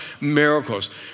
miracles